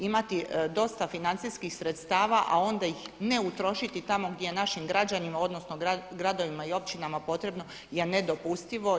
Imati dosta financijskih sredstava a onda ih ne utrošiti tamo gdje je našim građanima, odnosno gradovima i općinama potrebno je nedopustivo.